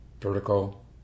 vertical